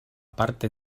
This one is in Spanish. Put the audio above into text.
parte